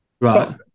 Right